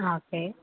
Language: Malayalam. ആ ഓക്കേ